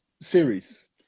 series